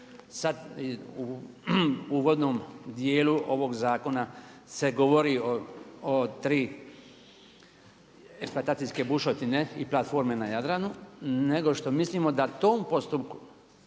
sada u uvodnom dijelu ovoga zakona se govori o tri eksploatacijske bušotine i platforme na Jadranu nego što mislimo da tom postupku